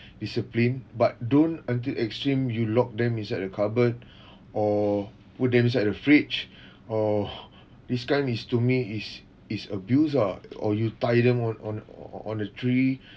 discipline but don't until extreme you locked them inside a cupboard or put them inside a fridge or this kind is to me is is abuse ah or you tied them on on on a tree